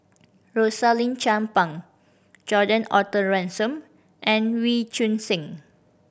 Rosaline Chan Pang Gordon Arthur Ransome and Wee Choon Seng